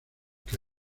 que